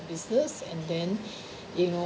business and then you know